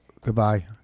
Goodbye